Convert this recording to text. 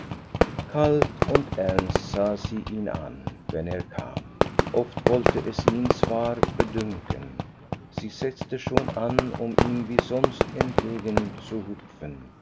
kalt und ernst sah sie ihn an wenn er kam oft wollte es ihn zwar bedünken sie setze schon an um ihm wie sonst entgegenzuhüpfen